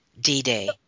D-Day